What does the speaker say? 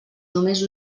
només